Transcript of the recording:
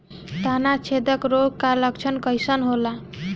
तना छेदक रोग का लक्षण कइसन होला?